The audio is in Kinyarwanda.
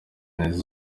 neza